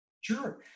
Sure